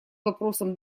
вопросам